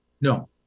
No